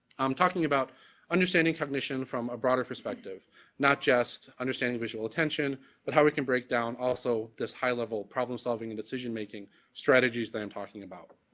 um talking about understanding cognition from a broader perspective not just understanding visual attention but how we can breakdown also this high level of problem solving and decision making strategies that i'm talking about.